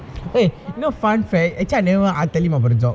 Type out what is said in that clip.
eh you know fun fact actually I never even tell him about the job